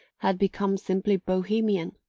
had become simply bohemian.